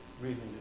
reason